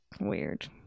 Weird